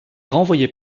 renvoyé